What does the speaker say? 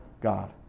God